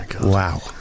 Wow